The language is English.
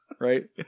right